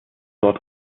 dort